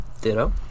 Ditto